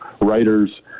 writers